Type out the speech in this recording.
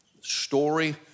story